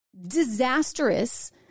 disastrous